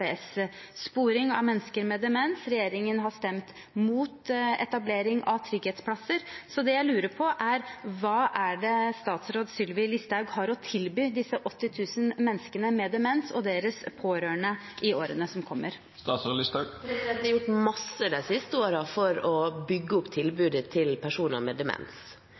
av mennesker med demens. Regjeringen har stemt imot etablering av trygghetsplasser. Så det jeg lurer på, er: Hva er det statsråd Sylvi Listhaug har å tilby de 80 000 menneskene med demens og deres pårørende i årene som kommer? Det er gjort masse de siste årene for å bygge opp tilbudet til personer med demens.